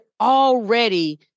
already